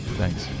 thanks